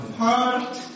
heart